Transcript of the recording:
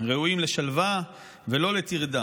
ראויים לשלווה ולא לטרדה.